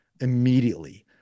immediately